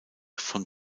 von